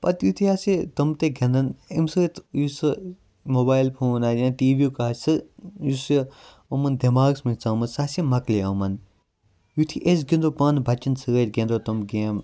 پَتہٕ یُتھٕے ہَسا یہِ تِم تہٕ گِنٛدَن امہ سۭتۍ یُس موبایل فون اَنہِ ہا ٹی وی یُک آسہِ یُس یہِ یِمَن دٮ۪ماغَس مَنٛز چھُ ژامُت سُہ ہَسا مۄکلہِ یِمَن یُتھٕے أسۍ گِنٛدو پانہٕ بَچَن سۭتۍ گِنٛدو تِم گیمہٕ